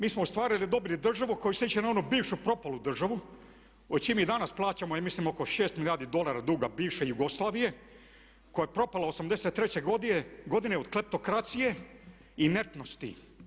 Mi smo ostvarili dobru državu koja sliči na onu bivšu propalu državu o čemu i danas plaćamo mislim oko 6 milijardi dolara duga bivše Jugoslavije koja je propala '83. godine od kleptokracije inertnosti.